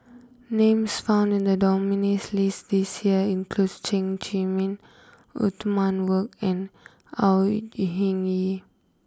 names found in the nominees' list this year includes Chen Zhiming Othman Wok and Au Ying E Hing Yee